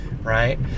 right